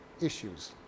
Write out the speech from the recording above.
issues